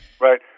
Right